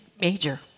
major